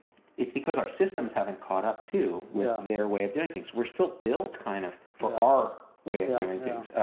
it's because our systems haven't caught up too with their way of doing things. we're still built kind of for our way of doing things,